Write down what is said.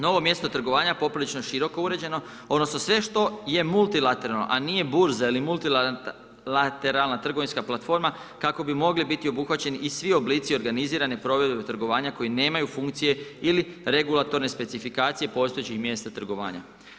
Novo mjesto trgovanja poprilično široko uređeno, odnosno sve što je multilateralno, a nije burza ili multilateralna trgovinska platforma kako bi mogli biti obuhvaćeni i svi oblici organizirane provedbe trgovanja koji nemaju funkcije ili regulatorne specifikacije postojećih mjesta trgovanja.